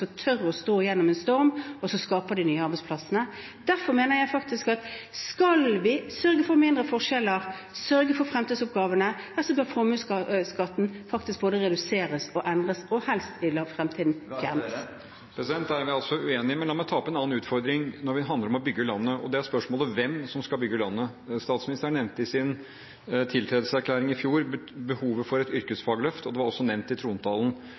å stå gjennom en storm, og som skaper de nye arbeidsplassene. Derfor mener jeg at skal vi sørge for mindre forskjeller, sørge for fremtidsoppgavene, ja, så bør formuesskatten faktisk både reduseres og endres og helst i fremtiden fjernes. Da er vi altså uenige. Men la meg ta opp en annen utfordring når det handler om å bygge landet, og det er spørsmålet om hvem som skal bygge landet. Statsministeren nevnte i sin tiltredelseserklæring i fjor behovet for et yrkesfagløft, og det var også nevnt i trontalen.